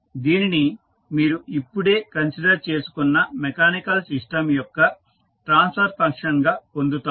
దీనిని మీరు ఇప్పుడే కన్సిడర్ చేసుకున్న మెకానికల్ సిస్టం యొక్క ట్రాన్స్ఫర్ ఫంక్షన్ గా పొందుతారు